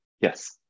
Yes